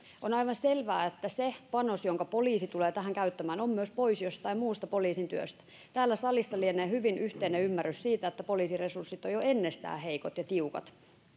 on aivan selvää että se panos jonka poliisi tulee tähän käyttämään on myös pois jostain muusta poliisin työstä täällä salissa lienee hyvin yhteinen ymmärrys siitä että poliisin resurssit ovat jo ennestään heikot ja tiukat